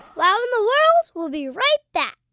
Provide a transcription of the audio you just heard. wow in the world will be right back.